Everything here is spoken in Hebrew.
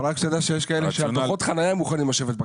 אבל רק שתדע שיש כאלה שעל דו"חות חנייה מוכנים לשבת בכלא.